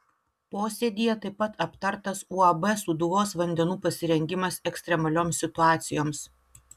posėdyje taip pat aptartas uab sūduvos vandenų pasirengimas ekstremalioms situacijoms